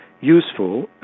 useful